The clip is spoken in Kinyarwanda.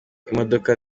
imodoka